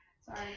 Sorry